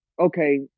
okay